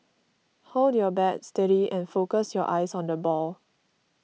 hold your bat steady and focus your eyes on the ball